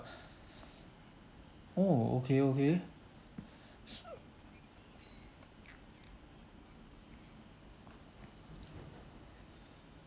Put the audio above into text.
oh okay okay